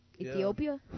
Ethiopia